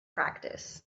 practice